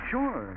Sure